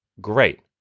Great